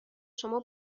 شما